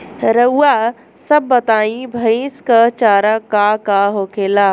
रउआ सभ बताई भईस क चारा का का होखेला?